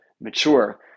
mature